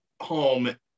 home